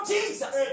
Jesus